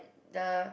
the